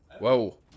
whoa